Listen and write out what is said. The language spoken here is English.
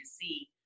see